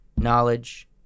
knowledge